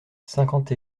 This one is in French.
cinquante